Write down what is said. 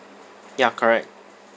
ya correct